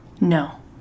No